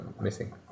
missing